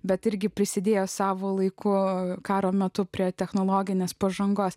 bet irgi prisidėjo savo laiku karo metu prie technologinės pažangos